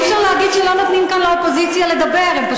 אי-אפשר להגיד שלא נותנים כאן לאופוזיציה לדבר.